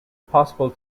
possible